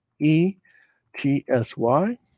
E-T-S-Y